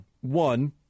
One